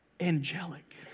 angelic